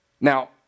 Now